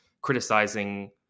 criticizing